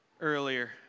earlier